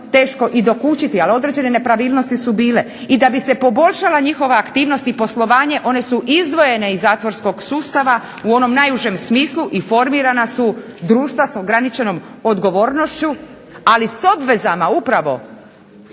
teško i dokučiti ali određene nepravilnosti su bile i da bi se poboljšala njihova aktivnost i poslovanje one su izdvojene iz zatvorskog sustava u onom najužem smislu i formirana su društva s ograničenom odgovornošću ali s obvezama upravo